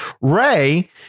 ray